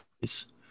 please